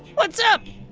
what's up?